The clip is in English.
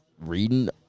reading